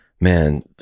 man